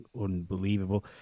unbelievable